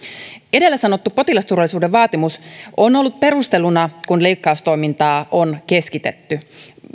edellä sanottu potilasturvallisuuden vaatimus on ollut perusteluna kun leikkaustoimintaa on keskitetty